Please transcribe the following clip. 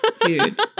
Dude